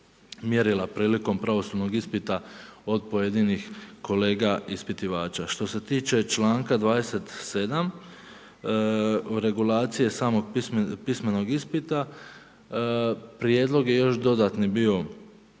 prilikom pravosudnog ispita od pojedinih kolega ispitivača. Što se tiče čl. 27. regulacije samog pismenog ispita, prijedlog je još dodatni bio